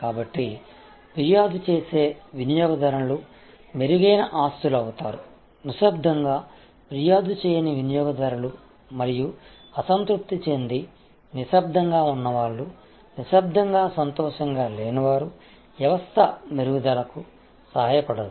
కాబట్టి ఫిర్యాదు చేసే వినియోగదారునిలు మెరుగైన ఆస్తులు అవుతారు నిశ్శబ్దంగా ఫిర్యాదు చేయని వినియోగదారులు మరియు అసంతృప్తి చెంది నిశ్శబ్దంగా ఉన్నవాళ్లు నిశ్శబ్దంగా సంతోషంగా లేని వారు వ్యవస్థ మెరుగుదలకు సహాయపడరు